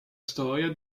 storia